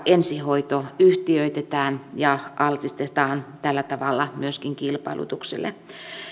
ensihoito yhtiöitetään ja altistetaan tällä tavalla myöskin kilpailutukselle